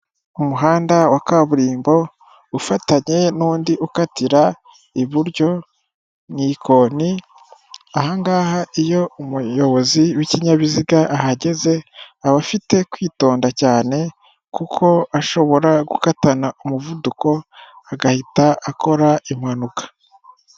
Umuhanda wa kaburimbo ufatanye n'undi ukatira iburyo n'ikoni; ahangaha iyo umuyobozi w'ikinyabiziga ahageze aba afite kwitonda cyane; kuko ashobora gukatana umuvuduko agahita akora impanuka.